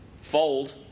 fold